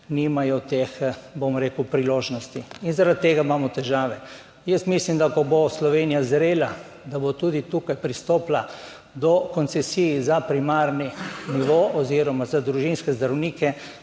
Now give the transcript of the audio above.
nimajo teh, bom rekel, priložnosti in zaradi tega imamo težave. Jaz mislim, da ko bo Slovenija zrela, da bo tudi tukaj pristopila do koncesij za primarni nivo oziroma za družinske zdravnike,